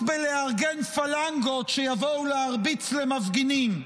בלארגן פלנגות שיבואו להרביץ למפגינים.